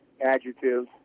adjectives